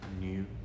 new